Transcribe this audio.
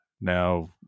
Now